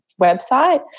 website